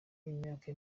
imyaka